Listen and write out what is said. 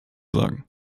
sagen